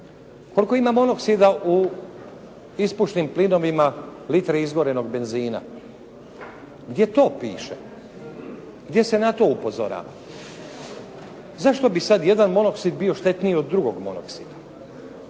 Koliko ima monoksida u ispušnim plinovima litre izgorenog benzina? Gdje to piše? Gdje se na to upozorava? Zašto bi sad jedan monoksid bio štetniji od drugog monoksida?